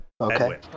Okay